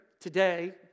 today